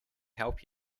help